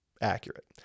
accurate